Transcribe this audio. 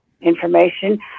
information